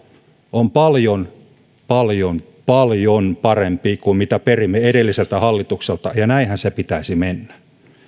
on paljon paljon paljon parempi kuin mitä perimme edelliseltä hallitukselta ja näinhän sen pitäisi mennä